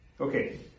Okay